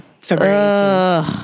February